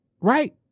right